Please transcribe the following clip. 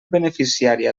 beneficiària